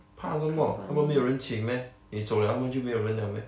怕着么他们没有人请 meh 你走了他们就没有人了 meh